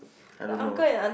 I don't know